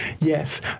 Yes